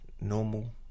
normal